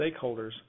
stakeholders